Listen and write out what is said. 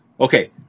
Okay